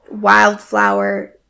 wildflower